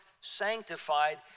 sanctified